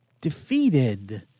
defeated